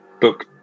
book